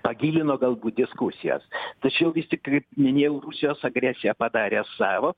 pagilino galbūt diskusijas tačiau vis tik minėjau rusijos agresija padarė savo